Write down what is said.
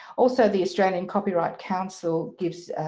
also the australian copyright council gives,